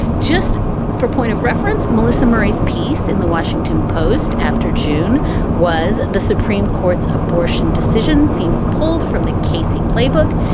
just for point of reference, melissa murray's piece in the washington post after june was the supreme court's abortion decision seems pulled from the casey playbook.